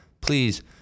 please